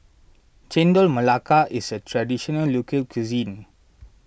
Chendol Melaka is a Traditional Local Cuisine